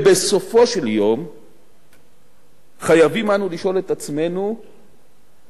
בסופו של יום חייבים אנו לשאול את עצמנו במבחן